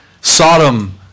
Sodom